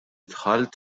dħalt